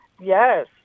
Yes